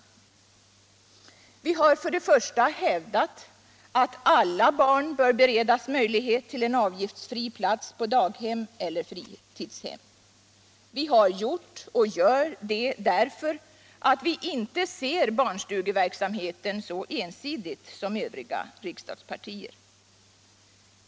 Vi har först och främst hävdat att alla barn bör beredas möjlighet till en avgiftsfri plats på daghem eller fritidshem. Vi har gjort och gör det därför att vi inte ser barnstugeverksamheten så ensidigt som övriga riksdagspartier.